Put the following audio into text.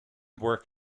work